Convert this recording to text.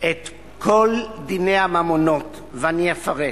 את כל דיני הממונות, ואני אפרט.